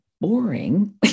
boring